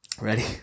Ready